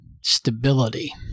Stability